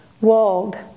walled